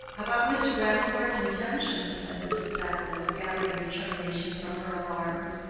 about mr. grandcourt's intentions? said mrs. davilow, gathering determination from her alarms.